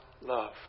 love